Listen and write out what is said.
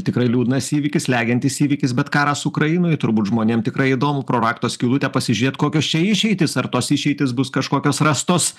tikrai liūdnas įvykis slegiantis įvykis bet karas ukrainoj turbūt žmonėm tikrai įdomu pro rakto skylutę pasižiūrėt kokios čia išeitys ar tos išeitys bus kažkokios rastos